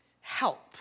help